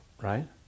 right